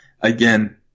again